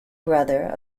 brother